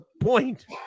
point